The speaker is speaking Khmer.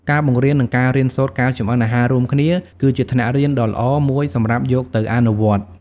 ការបង្រៀន និងការរៀនសូត្រ ការចម្អិនអាហាររួមគ្នាគឺជាថ្នាក់រៀនដ៏ល្អមួយសម្រាប់យកទៅអនុវត្ត ។